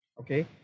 Okay